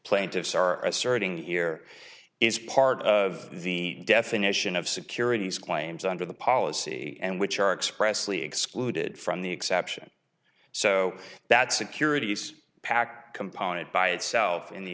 plaintiffs are asserting here is part of the definition of securities claims under the policy and which are expressly excluded from the exception so that securities pack compounded by itself in the